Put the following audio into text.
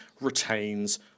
retains